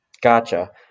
Gotcha